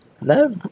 No